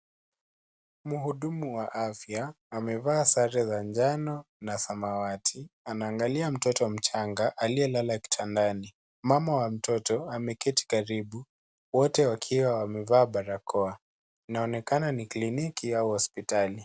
Mhudumu wa afya, amevaa sare za njano na samawati. Anaangalia mtoto mchanga aliyelala kitandani. Mama wa mtoto ameketi karibu, wote wakiwa wamevaa barakoa. Inaonekana ni kliniki au hospitali.